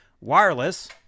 wireless